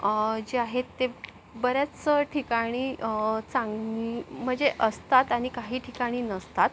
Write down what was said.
जे आहेत ते बऱ्याच ठिकाणी चांग म्हणजे असतात आणि काही ठिकाणी नसतात